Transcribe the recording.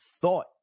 thought